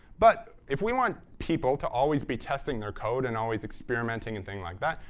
but if we want people to always be testing their code and always experimenting and things like that,